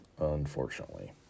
unfortunately